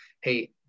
hey